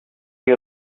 you